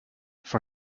for